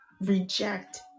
reject